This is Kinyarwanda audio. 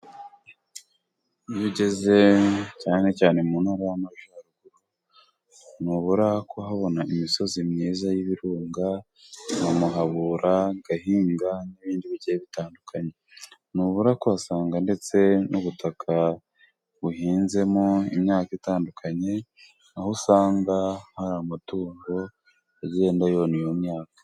Iyo ugeze cyane cyane mu ntara y'Amajyaruguru ntubura kuhabona imisozi myiza y'ibirunga nka Muhabura, Gahinga n'ibindi bigiye bitandukanye . Ntubura kuhasanga ndetse n'ubutaka buhinzemo imyaka itandukanye, aho usanga hari amatungo agenda yona iyo myaka.